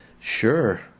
Sure